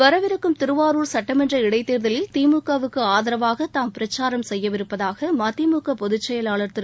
வரவிருக்கும் திருவாரூர் சுட்டமன்ற இடைத்தேர்தலில் திமுகவுக்கு ஆதரவாக தாம் பிரச்சாரம் செய்யவிருப்பதாக மதிமுக பொதுச் செயலாளர் திரு